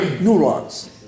neurons